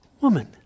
woman